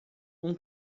uma